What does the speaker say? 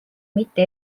mitte